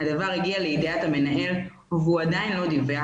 הדבר הגיע לידיעת המנהל והוא עדיין לא דיווח.